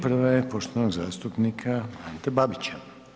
Prva je poštovanog zastupnika Ante Babića.